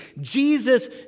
Jesus